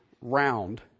round